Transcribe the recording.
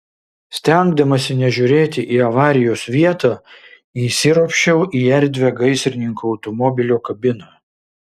stengdamasi nežiūrėti į avarijos vietą įsiropščiau į erdvią gaisrininkų automobilio kabiną